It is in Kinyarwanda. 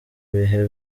bihe